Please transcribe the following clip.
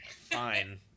Fine